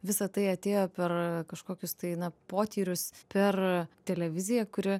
visa tai atėjo per kažkokius tai na potyrius per televiziją kuri